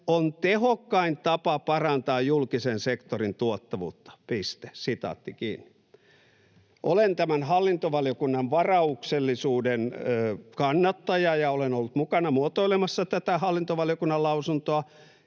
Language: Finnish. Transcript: on tehokkain tapa parantaa julkisen sektorin tuottavuutta.” Olen tämän hallintovaliokunnan varauksellisuuden kannattaja, ja olen ollut mukana muotoilemassa tätä hallintovaliokunnan lausuntoa,